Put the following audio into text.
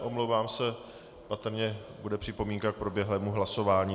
Omlouvám se, patrně bude připomínka k proběhlému hlasování.